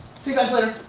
see you guys later.